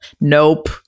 nope